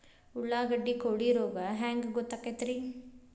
ಉಳ್ಳಾಗಡ್ಡಿ ಕೋಳಿ ರೋಗ ಹ್ಯಾಂಗ್ ಗೊತ್ತಕ್ಕೆತ್ರೇ?